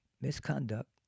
misconduct